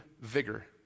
vigor